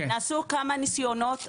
נעשו כמה ניסיונות,